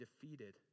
defeated